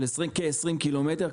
של כ-20 קילומטר,